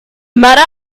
matter